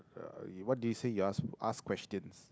okay what do you say you ask questions